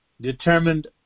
determined